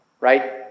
Right